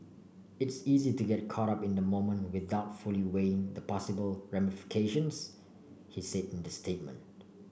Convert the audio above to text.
it's easy to get caught up in the moment without fully weighing the possible ramifications he said in the statement